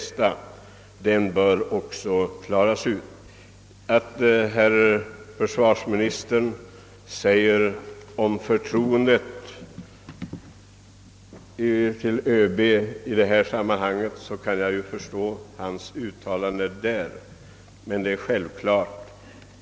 Saken måste klaras ut — omdömet kan inte sägas ha varit det bästa. Jag förstår försvarsministerns uttalande om förtroende till ÖB i detta sammanhang.